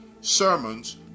sermons